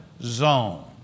zone